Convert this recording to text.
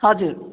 हजुर